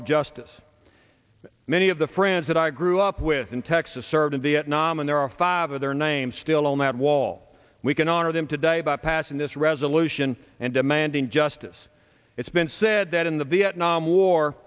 of justice many of the friends that i grew up with in texas served in vietnam and there are five of their names still on that wall we can honor them today by passing this resolution and demanding justice it's been said that in the vietnam war